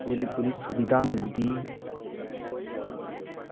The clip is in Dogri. पूरी पूरी सुविधा मिलदी